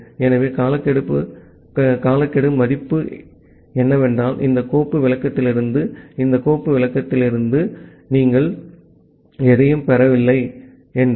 ஆகவே காலக்கெடு மதிப்பு என்னவென்றால் இந்த கோப்பு விளக்கத்திலிருந்து இந்த கோப்பு விளக்கத்திலிருந்து நீங்கள் எதையும் பெறவில்லை என்றால்